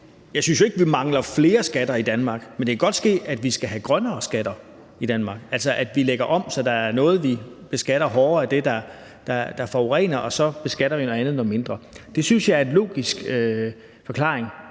ikke synes, vi mangler flere skatter i Danmark, men det kan godt ske, at vi skal have grønnere skatter i Danmark, altså at vi lægger om, så der er noget af det, der forurener, som vi beskatter hårdere, og så beskatter vi noget andet mindre. Det synes jeg er en logisk forklaring.